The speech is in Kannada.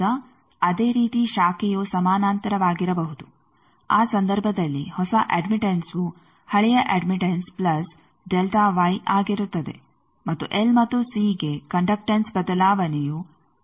ಈಗ ಅದೇ ರೀತಿ ಶಾಖೆಯು ಸಮಾನಾಂತರವಾಗಿರಬಹುದು ಆ ಸಂದರ್ಭದಲ್ಲಿ ಹೊಸ ಅಡ್ಮಿಟಂಸ್ವು ಹಳೆಯ ಅಡ್ಮಿಟಂಸ್ ಪ್ಲಸ್ ಆಗಿರುತ್ತದೆ ಮತ್ತು ಎಲ್ ಮತ್ತು ಸಿಗೆ ಕಂಡಕ್ಟನ್ಸ್ ಬದಲಾವಣೆಯು ಸೊನ್ನೆ ಆಗಿರುತ್ತದೆ